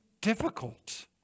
difficult